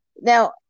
Now